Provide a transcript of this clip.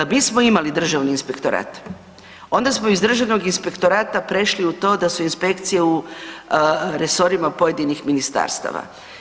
Mi smo imali Državni inspektorat, onda smo iz Državnog inspektorata prešli u to da su inspekcije u resorima pojedinih ministarstava.